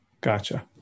Gotcha